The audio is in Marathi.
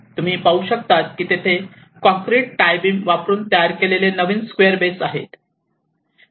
तुम्ही पाहू शकतात की तेथे काँक्रीट टाय बीम वापरुन तयार केलेले नवीन स्क्वेअर बेस आहेत